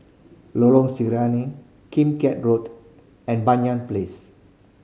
Lorong Sinaran Kim Can Road and Banyan Place